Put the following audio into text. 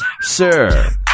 sir